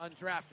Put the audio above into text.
undrafted